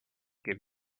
give